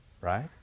right